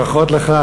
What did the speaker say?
ברכות לך,